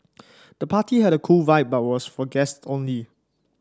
the party had a cool vibe but was for guests only